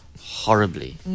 horribly